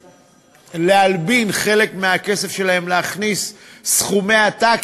להלבין חלק מהכסף שלהם להכניס סכומי עתק,